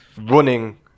running